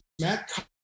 Matt